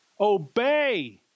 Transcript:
obey